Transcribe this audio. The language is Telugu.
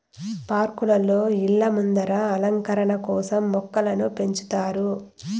పార్కులలో, ఇళ్ళ ముందర అలంకరణ కోసం మొక్కలను పెంచుతారు